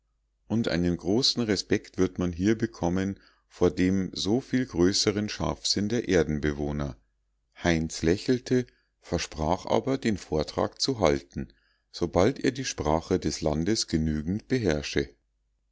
und einen großen respekt wird man hier bekommen vor dem so viel größeren scharfsinn der erdenbewohner heinz lächelte versprach aber den vortrag zu halten sobald er die sprache des landes genügend beherrsche